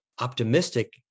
optimistic